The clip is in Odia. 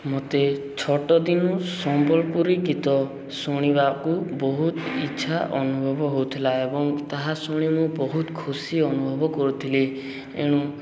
ମୋତେ ଛୋଟ ଦିନୁ ସମ୍ବଲପୁରୀ ଗୀତ ଶୁଣିବାକୁ ବହୁତ ଇଚ୍ଛା ଅନୁଭବ ହଉଥିଲା ଏବଂ ତାହା ଶୁଣି ମୁଁ ବହୁତ ଖୁସି ଅନୁଭବ କରୁଥିଲି ଏଣୁ